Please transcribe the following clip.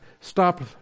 stop